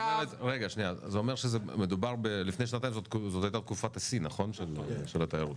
לפני שנתיים זו הייתה תקופת השיא של התיירות,